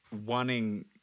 wanting